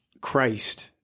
Christ